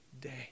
day